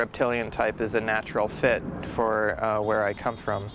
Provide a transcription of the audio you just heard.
reptilian type is a natural fit for where i come from